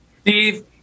Steve